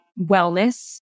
wellness